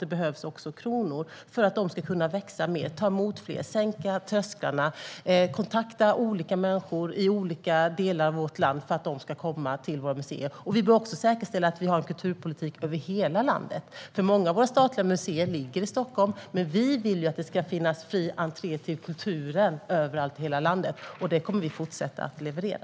Det behövs också kronor för att de ska kunna växa mer, ta emot fler, sänka trösklarna och kontakta olika människor i olika delar av vårt land för att de ska komma till våra museer. Vi bör också säkerställa att vi har en kulturpolitik över hela landet. Många av våra statliga museer ligger i Stockholm, men vi vill att det ska vara fri entré till kulturen överallt i hela landet, och det kommer vi att fortsätta att leverera.